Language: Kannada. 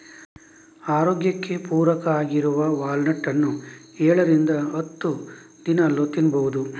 ಆರೋಗ್ಯಕ್ಕೆ ಪೂರಕ ಆಗಿರುವ ವಾಲ್ನಟ್ ಅನ್ನು ಏಳರಿಂದ ಹತ್ತು ದಿನಾಲೂ ತಿನ್ಬಹುದು